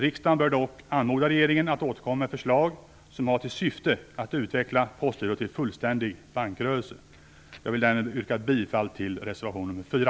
Riksdagen bör dock anmoda regeringen att återkomma med förslag som har till syfte att utveckla Jag yrkar därmed bifall till reservation nr 4.